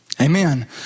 Amen